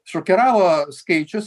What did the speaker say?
šokiravo skaičius